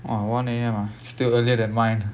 !wah! one A_M ah still earlier than mine